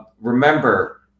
Remember